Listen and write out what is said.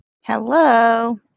Hello